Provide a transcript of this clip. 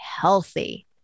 healthy